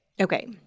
Okay